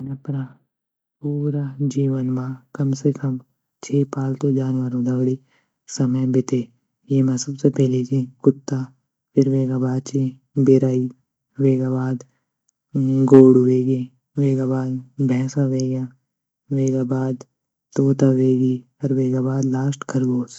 मैं अपरा पूरा जीवन म कम से कम छे पालतू जानवरू ग दगड़ी समय बिते येमा सबसे पैली ची कुत्ता, फिर वेगा बाद ची बिराई ,वेगा बाद गोडू वेगी, वेगा बाद भेंसा वेज्ञ, वेगा बाद तोता वेगी, और वेगा बाद लास्ट ख़रगोश।